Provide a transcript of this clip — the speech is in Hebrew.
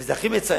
וזה הכי מצער,